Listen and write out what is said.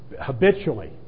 habitually